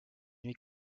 nuit